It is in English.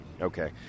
okay